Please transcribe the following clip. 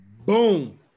Boom